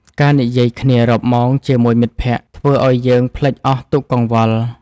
ការនិយាយគ្នារាប់ម៉ោងជាមួយមិត្តភក្តិ ធ្វើឱ្យយើងភ្លេចអស់ទុក្ខកង្វល់។